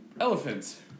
elephants